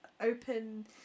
open